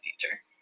future